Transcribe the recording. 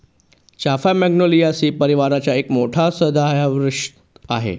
चाफा मॅग्नोलियासी परिवाराचा एक मोठा सदाहरित वृक्ष आहे